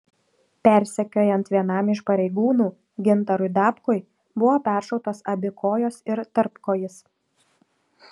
persekiojant vienam iš pareigūnų gintarui dabkui buvo peršautos abi kojos ir tarpkojis